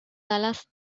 dallas